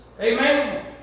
Amen